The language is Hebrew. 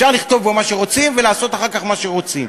אפשר לכתוב בו מה שרוצים ולעשות אחר כך מה שרוצים.